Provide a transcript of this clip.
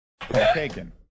taken